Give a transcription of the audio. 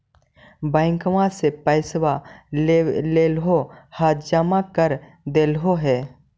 बैंकवा से पैसवा लेलहो है जमा कर देलहो हे?